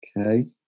Okay